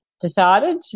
decided